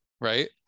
right